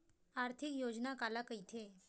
आर्थिक योजना काला कइथे?